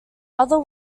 other